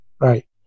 Right